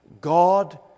God